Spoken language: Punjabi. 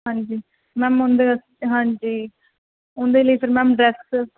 ਹਾਂਜੀ ਮੈਮ ਉਹਦੇ ਹਾਂਜੀ ਉਹਦੇ ਲਈ ਫਿਰ ਮੈਮ ਡਰੈਸ